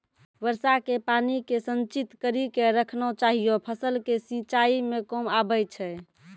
वर्षा के पानी के संचित कड़ी के रखना चाहियौ फ़सल के सिंचाई मे काम आबै छै?